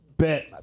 Bet